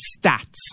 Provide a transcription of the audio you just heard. stats